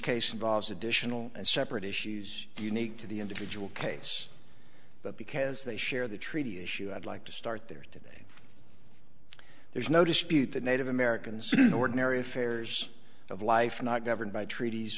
case involves additional and separate issues unique to the individual case but because they share the treaty issue i'd like to start there today there's no dispute the native american citizen ordinary affairs of life are not governed by treaties